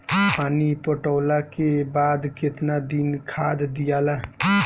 पानी पटवला के बाद केतना दिन खाद दियाला?